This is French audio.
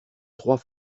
trois